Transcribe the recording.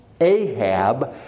Ahab